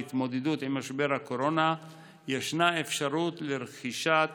והתמודדות עם משבר הקורונה ישנה אפשרות לרכישת